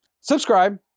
Subscribe